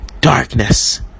darkness